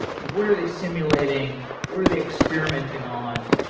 what are they simulating, what are they experimenting on?